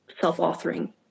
self-authoring